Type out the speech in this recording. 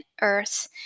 Earth